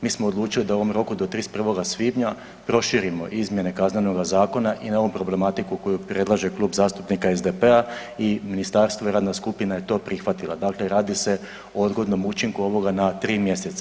Mi smo odlučili da u ovome roku do 31. svibnja proširimo izmjene Kaznenog zakona i novu problematiku koju predlaže Klub zastupnika SDP-a i Ministarstvo i radna skupina je to prihvatila, dakle radi se o odgodnom učinku ovoga na tri mjeseca.